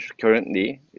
currently